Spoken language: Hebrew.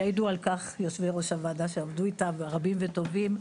יעידו על כך יושבי ראש הוועדה שעבדו איתה ורבים וטובים,